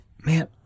man